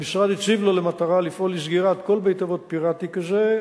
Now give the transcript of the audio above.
המשרד הציב לו למטרה לפעול לסגירת כל בית-אבות פיראטי כזה,